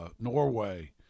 Norway